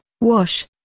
wash